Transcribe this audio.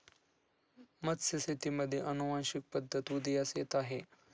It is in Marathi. मत्स्यशेतीमध्ये अनुवांशिक पद्धत उदयास येत आहे